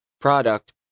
product